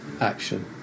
action